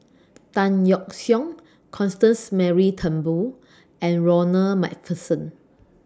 Tan Yeok Seong Constance Mary Turnbull and Ronald MacPherson